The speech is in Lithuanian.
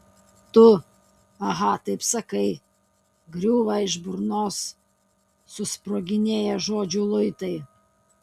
tu aha taip sakai griūva iš burnos susproginėję žodžių luitai